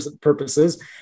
purposes